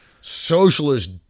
socialist